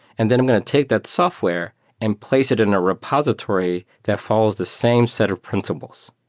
and then i'm going to take that software and place it in a repository that follows the same set of principles.